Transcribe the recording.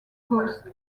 coast